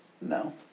no